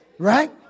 Right